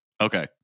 Okay